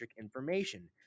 information